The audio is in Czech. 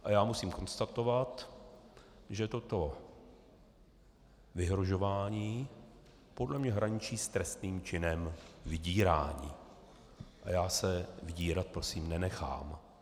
A já musím konstatovat, že toto vyhrožování podle mě hraničí s trestným činem vydírání a já se vydírat prosím nenechám.